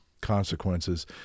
consequences